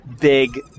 big